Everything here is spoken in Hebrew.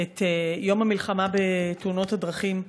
את יום המלחמה בתאונות הדרכים.